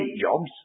jobs